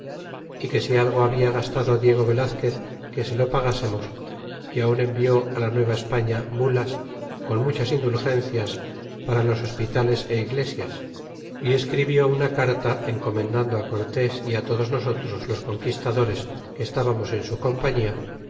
y que si algo habia gastado diego velazquez que se lo pezásemos y aun envió la nuevaespaña bull con muchas indulgencias para los hospitales é iglesias y escribió una carta enco mendando á cortés y á todos nosotros los conquistadores que estábamos en su compañía